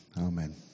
amen